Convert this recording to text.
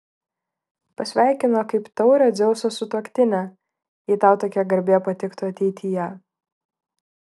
pasveikino kaip taurią dzeuso sutuoktinę jei tau tokia garbė patiktų ateityje